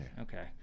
Okay